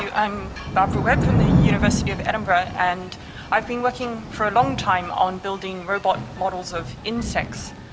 i'm barbara webb from the university of edinburgh and i've been working for a long time on building robot models of insects.